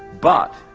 but,